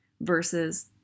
versus